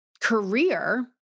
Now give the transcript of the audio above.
career